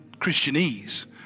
Christianese